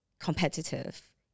competitive